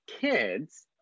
kids